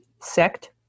sect